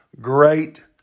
great